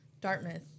Dartmouth